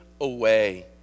away